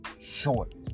short